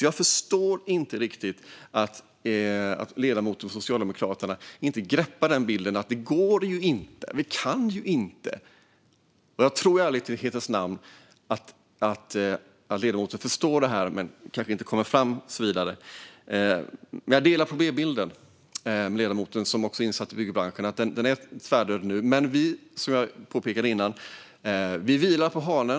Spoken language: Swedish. Jag förstår inte riktigt att ledamoten från Socialdemokraterna inte greppar denna bild. Det går inte; vi kan inte. Jag tror i ärlighetens namn att ledamoten förstår detta men kanske inte kommer fram. Jag delar uppfattningen hos ledamoten, som också är insatt i byggbranschen, när det gäller problembilden: Byggbranschen är tvärdöd nu. Men som jag påpekade tidigare vilar vi på hanen.